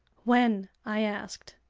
when? i asked.